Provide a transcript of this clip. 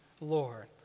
Lord